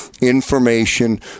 information